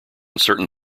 certain